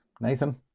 Nathan